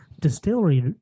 distillery